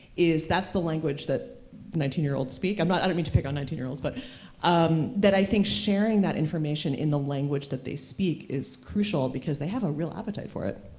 is, that's the language that nineteen year-olds speak. um i don't mean to pick on nineteen year-olds. but um that i think sharing that information in the language that they speak is crucial because they have a real appetite for it.